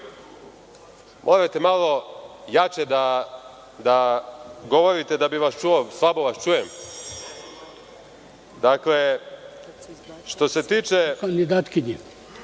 mesta.)Morate jače da govorite da bih vas čuo, slabo vas čujem. Dakle, što se tiče